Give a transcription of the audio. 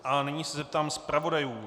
A nyní se zeptám zpravodajů.